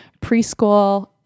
preschool